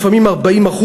לפעמים 40%,